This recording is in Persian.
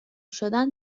شدن